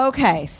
Okay